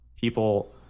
people